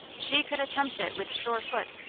she could attempt it with sure foot,